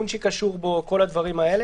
נהדר,